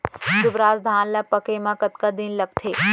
दुबराज धान ला पके मा कतका दिन लगथे?